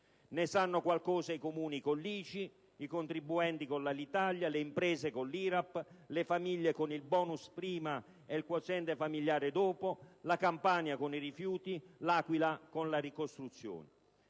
Ne sanno qualcosa i Comuni, con l'ICI; i contribuenti, con l'Alitalia; le imprese, con l'IRAP; le famiglie, con il *bonus* prima e il quoziente familiare dopo; la Campania, con i rifiuti; L'Aquila, con la ricostruzione.